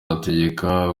ategeka